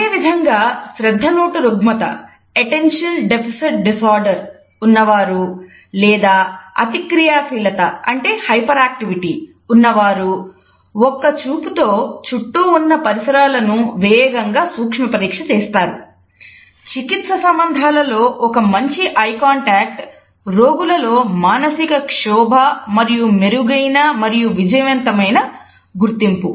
అదేవిధంగా శ్రద్ధ లోటు రుగ్మత రోగులలో మానసిక క్షోభ యొక్క మెరుగైన మరియు విజయవంతమైన గుర్తింపు